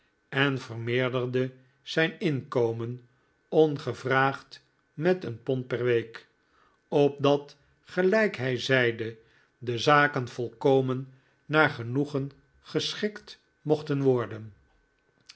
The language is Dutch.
en vermeerderde zijn inkomen ongevraagd met een pond per week opdat gelijk hij zeide de zaken volkomen naar genoegen geschikt mochten worden